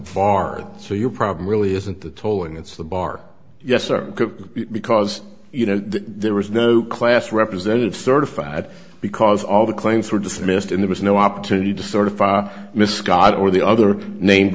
bargain so your problem really isn't the tolling it's the bar yes sir because you know there was no class representative certified because all the claims were dismissed and there was no opportunity to sort of misguided or the other named